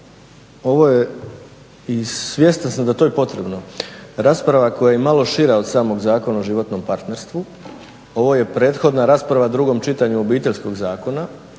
ovo je, i svjestan sam da je to i potrebno rasprava koja je malo šira od samog Zakona o životnom partnerstvu, ovo je prethodna rasprava o drugom čitanju Obiteljskog zakona,